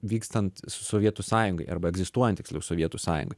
vykstant sovietų sąjungai arba egzistuojant tiksliau sovietų sąjungai